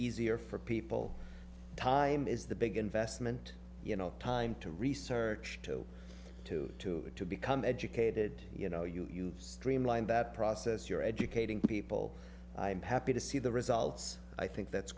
easier for people time is the big investment you know time to research to to to to become educated you know you've streamlined that process you're educating people i'm happy to see the results i think that's